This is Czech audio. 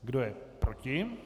Kdo je proti?